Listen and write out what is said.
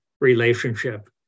relationship